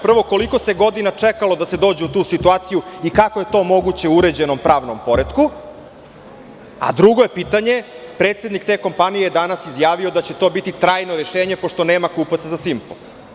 Prvo, koliko se godina čekalo da se dođe u tu situaciju i kako je to moguće u uređenom pravnom poretku, a drugo je pitanje - predsednik te kompanije je danas izjavio da će to biti trajno rešenje pošto nema kupaca za „Simpo“